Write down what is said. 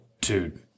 dude